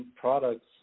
products